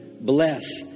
Bless